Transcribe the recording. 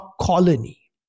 colony